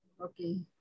Okay